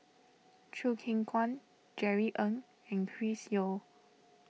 Choo Keng Kwang Jerry Ng and Chris Yeo